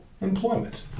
employment